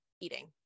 eating